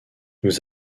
nous